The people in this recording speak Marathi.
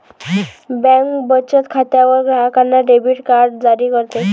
बँक बचत खात्यावर ग्राहकांना डेबिट कार्ड जारी करते